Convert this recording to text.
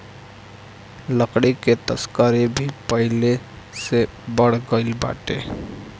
लकड़ी के तस्करी भी पहिले से बढ़ गइल बाटे